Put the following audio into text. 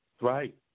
Right